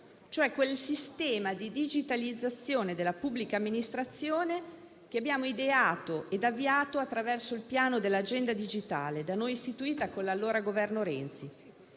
IO: quel sistema di digitalizzazione della pubblica amministrazione che abbiamo ideato e avviato attraverso il piano dell'Agenda digitale, da noi istituita con l'allora Governo Renzi,